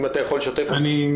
אם אתה יכול לשתף אותנו?